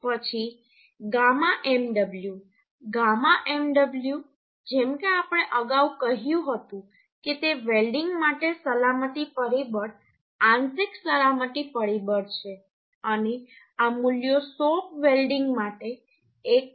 પછી γ mw γ mw જેમ કે આપણે અગાઉ કહ્યું હતું કે તે વેલ્ડીંગ માટે સલામતી પરિબળ આંશિક સલામતી પરિબળ છે અને આ મૂલ્યો શોપ વેલ્ડીંગ માટે 1